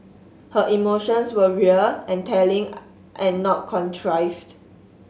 her emotions were real and telling and not contrived